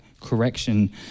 correction